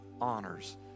honors